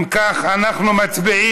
אם כך, ההסתייגות נפלה.